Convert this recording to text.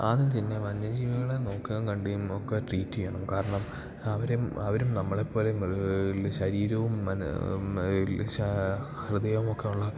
ആദ്യം തന്നെ വന്യജീവികളെ നോക്കാൻ കണ്ടിയുമൊക്ക ട്രീറ്റ് ചെയ്യണം കാരണം അവരെ അവരും നമ്മളെ പോലെ മൃഗങ്ങളിലെ ശരീരവും എന്നാ എല്ല് ഹൃദയമൊക്കെ ഉള്ള